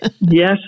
Yes